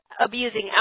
abusing